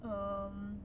err um